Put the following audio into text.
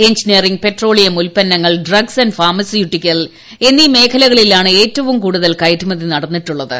engineering petroleum ഉൽപ്പന്നങ്ങൾ drugs and pharmaceutical എന്നീ മേഖലകളിലാണ് ഏറ്റവും കൂടുതൽ കയറ്റുമതി നടന്നിട്ടുള്ളത്